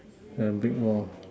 and big more